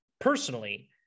personally